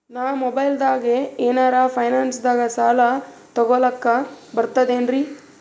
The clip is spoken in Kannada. ನಾ ಮೊಬೈಲ್ದಾಗೆ ಏನರ ಫೈನಾನ್ಸದಾಗ ಸಾಲ ತೊಗೊಲಕ ಬರ್ತದೇನ್ರಿ?